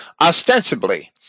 Ostensibly